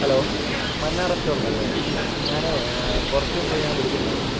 hello Manna restaurant അല്ലേ ഞാനേ കുറച്ചു മുമ്പ് ഞാൻ വിളിച്ചിട്ടുണ്ടായിരുന്നു